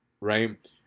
right